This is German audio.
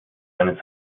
eine